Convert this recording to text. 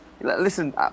listen